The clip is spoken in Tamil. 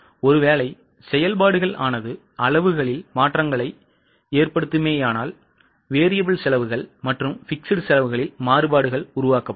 ஒருவேளை செயல்பாடுகள் ஆனது அளவுகளில் மாற்றங்களை ஏற்படுமேயானால் variable செலவுகள் மற்றும் fixed செலவுகளில் மாறுபாடுகள் உருவாக்கப்படும்